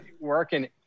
working